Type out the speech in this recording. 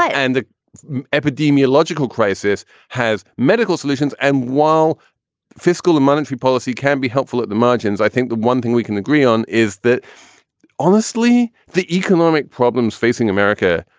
and the epidemiological crisis has medical solutions. and while fiscal and monetary policy can be helpful at the margins, i think the one thing we can agree on is that honestly, the economic problems facing america,